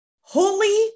holy